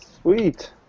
Sweet